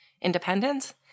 independence